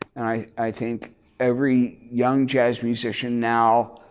and i i think every young jazz musician now